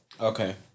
Okay